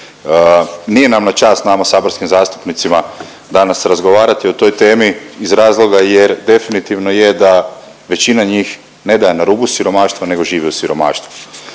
Nije nam na čast nama saborskim zastupnicima danas razgovarati o toj temi iz razloga jer definitivno je da većina njih ne da je na rubu siromaštva nego žive u siromaštvu.